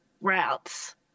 routes